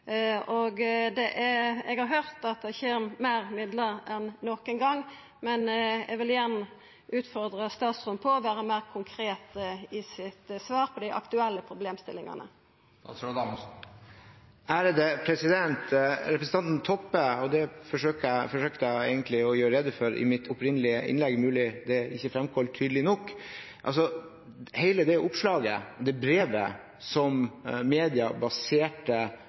Eg har høyrt at det kjem meir midlar enn nokon gong, men eg vil igjen utfordra statsråden på å vera meir konkret i sitt svar på dei aktuelle problemstillingane. Jeg forsøkte egentlig å gjøre rede for det i mitt opprinnelige innlegg, det er mulig det ikke framkom tydelig nok. Hele det oppslaget og det brevet som media baserte